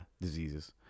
Diseases